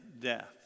death